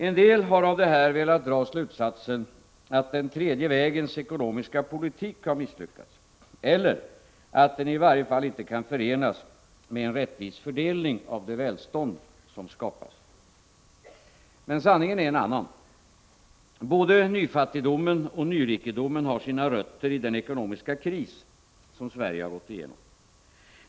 En del har av detta velat dra slutsatsen att den tredje vägens ekonomiska politik har misslyckats eller att den i varje fall inte kan förenas med en rättvis fördelning av det välstånd som skapas. Men sanningen är en annan. Både nyfattigdomen och nyrikedomen har sina rötter i den ekonomiska kris som Sverige har gått igenom.